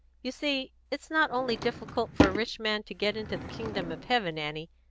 you see it's not only difficult for a rich man to get into the kingdom of heaven, annie,